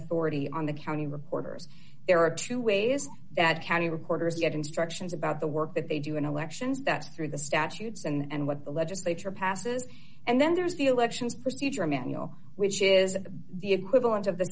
authority on the county reporters there are two ways that county reporters get instructions about the work that they do in elections that's through the statutes and what the legislature passes and then there's the elections procedure manual which is the equivalent of the